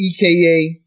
EKA